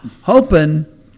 hoping